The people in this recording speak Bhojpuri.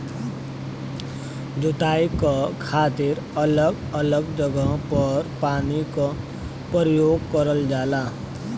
जोताई क खातिर अलग अलग जगह पर पानी क परयोग करल जाला